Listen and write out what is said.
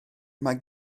mae